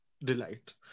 delight